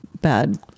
bad